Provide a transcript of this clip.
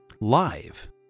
live